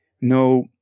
no